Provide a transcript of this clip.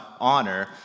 honor